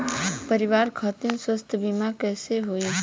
परिवार खातिर स्वास्थ्य बीमा कैसे होई?